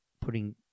putting